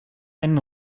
einen